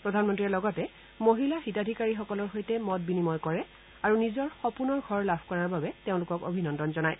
প্ৰধানমন্ত্ৰীয়ে লগতে মহিলা হিতাধিকাৰীসকলৰ সৈতে মত বিনিময় কৰে আৰু নিজৰ সপোনৰ ঘৰ লাভ কৰাৰ বাবে তেওঁলোকক অভিনন্দন জনায়